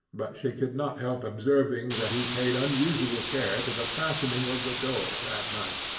but she could not help observing that he paid unusual care to the fastening of the doors that night,